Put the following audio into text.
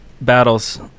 battles